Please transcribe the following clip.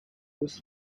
this